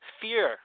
fear